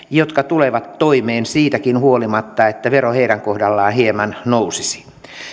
jotka tulevat toimeen siitäkin huolimatta että vero heidän kohdallaan hieman nousisi